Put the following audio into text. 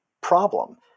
problem